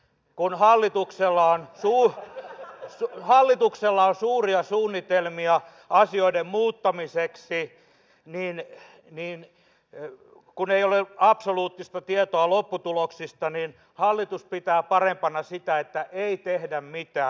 kun hallituksella on suuri riski hallituksella on suuria suunnitelmia asioiden muuttamiseksi mutta kun ei ole absoluuttista tietoa lopputuloksista niin oppositio pitää parempana sitä että ei tehdä mitään